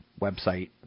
website